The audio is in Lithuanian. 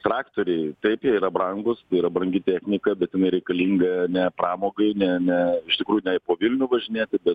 traktoriai taip jie yra brangūs tai yra brangi technika bet jinai reikalinga ne pramogai ne ne iš tikrųjųne po vilnių važinėti bet